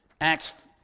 Acts